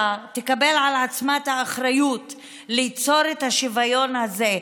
תקבל על עצמה את האחריות ליצור את השוויון הזה.